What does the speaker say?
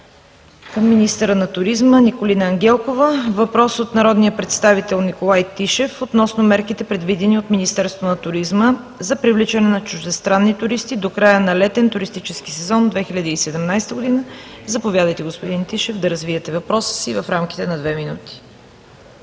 към министъра на туризма Николина Ангелкова. Въпрос от народния представител Николай Тишев относно мерките, предвидени от Министерството на туризма, за привличане на чуждестранни туристи до края на летен туристически сезон 2017 г Заповядайте, господин Тишев, да развиете въпроса си в рамките на две минути.